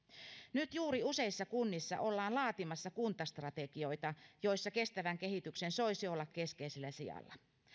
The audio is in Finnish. nyt useissa kunnissa ollaan laatimassa kuntastrategioita joissa kestävän kehityksen soisi olla keskeisellä sijalla